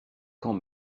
quand